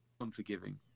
unforgiving